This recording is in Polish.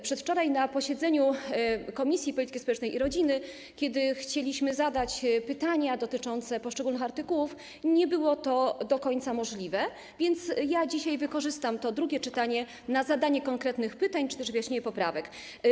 Przedwczoraj na posiedzeniu Komisji Polityki Społecznej i Rodziny chcieliśmy zadać pytania dotyczące poszczególnych artykułów, ale niestety nie było to do końca możliwe, więc dzisiaj wykorzystam drugie czytanie do zadania konkretnych pytań czy też wyjaśnienia poprawek.